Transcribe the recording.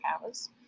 powers